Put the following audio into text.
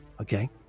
okay